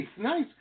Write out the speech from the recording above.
nice